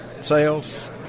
sales